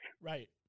Right